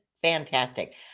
fantastic